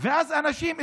ואז אנשים,